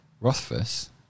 Rothfuss